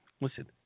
listen